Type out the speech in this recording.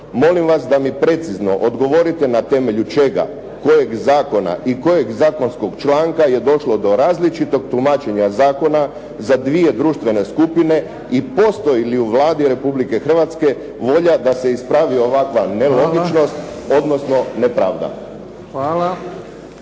Molim vas da mi precizno odgovorite na temelju čega, kojeg zakona i kojeg zakonskog članka, je došlo do različitog tumačenja zakona za dvije društvene skupine i postoji li u Vladi Republike Hrvatske volja da se ispravi ovakva nelogičnost odnosno nepravda?